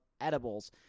edibles